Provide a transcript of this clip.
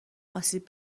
آسیب